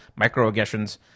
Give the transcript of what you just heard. microaggressions